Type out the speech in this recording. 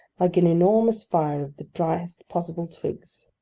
like an enormous fire of the driest possible twigs.